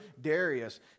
Darius